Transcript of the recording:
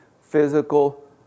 physical